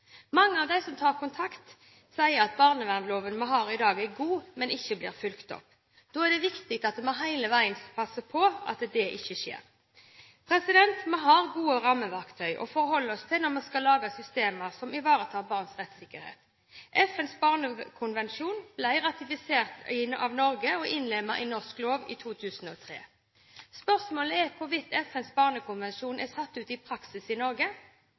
Mange av dem som tar kontakt, sier at barnevernloven vi har i dag, er god, men blir ikke fulgt opp. Da er det viktig at vi hele veien passer på at det skjer. Vi har gode rammeverktøy å forholde oss til når vi skal lage systemer som ivaretar barns rettssikkerhet. FNs barnekonvensjon ble ratifisert av Norge i 1991 og innlemmet i norsk lov i 2003. Spørsmålet er hvorvidt FNs barnekonvensjon er satt ut i praksis i Norge.